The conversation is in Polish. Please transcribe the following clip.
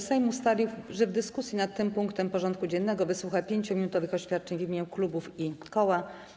Sejm ustalił, że w dyskusji nad tym punktem porządku dziennego wysłucha 5-minutowych oświadczeń w imieniu klubów i koła.